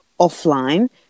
offline